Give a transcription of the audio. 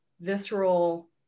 visceral